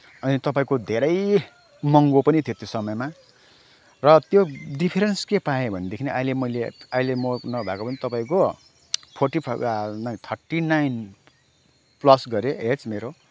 अनि तपाईँको धेरै महँगो पनि थियो त्यो समयमा र त्यो डिफ्रेन्स के पाएँ भनेदेखि अहिले मैले अहिले म नभएको पनि तपाईँको फोर्टी फाइभ नाई थर्टी नाइन प्लस गरेँ एज मेरो